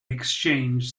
exchanged